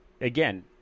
again